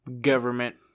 Government